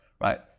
right